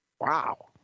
Wow